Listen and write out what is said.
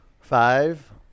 Five